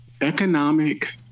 economic